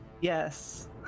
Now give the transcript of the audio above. Yes